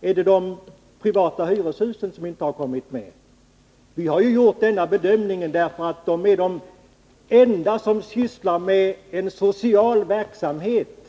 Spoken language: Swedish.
Är det de privata hyreshusen, som inte har kommit med? 129 Vi har gjort denna bedömning därför att de allmännyttiga bostadsföretagen är de enda som sysslar med en social verksamhet